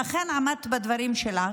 ואכן, עמדת בדברים שלך.